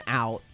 out